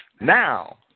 Now